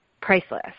priceless